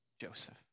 Joseph